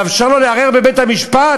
לאפשר לו לערער בבית-המשפט?